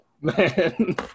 man